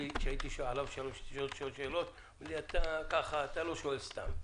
כשהייתי שואל שאלות אבא שלי תמיד היה אומר: אתה לא שואל סתם.